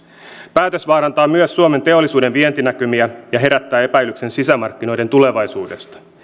päätös vaarantaa myös suomen teollisuuden vientinäkymiä ja herättää epäilyksen sisämarkkinoiden tulevaisuudesta